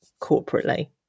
corporately